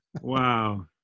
Wow